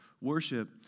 worship